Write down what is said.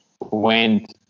went